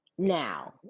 now